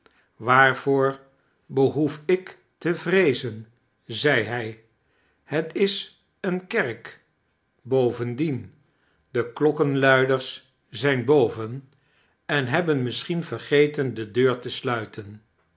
waarvoor behoef ik te yreezenf zei hij het is eene kerk bovendien de klokkenluiders zijn boven en hebben misschien vergeten de deur te sluiten